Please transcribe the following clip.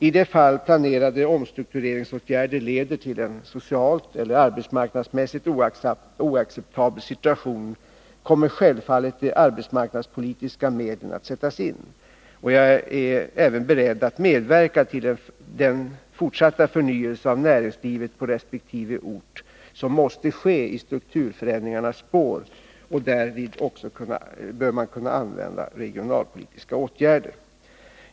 I de fall planerade omstruktureringsåtgärder leder till en socialt eller arbetsmarknadsmässigt oacceptabel situation kommer självfallet de arbetsmarknadspolitiska medlen att sättas in, och jag är även beredd att medverka till den fortsatta förnyelse av näringslivet på resp. ort som måste ske i strukturförändringarnas spår. Därvid bör man också kunna använda regionalpolitiska åtgärder.